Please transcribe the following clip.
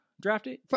drafted